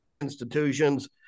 institutions